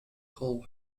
called